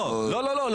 לא.